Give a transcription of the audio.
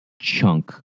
chunk